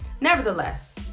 Nevertheless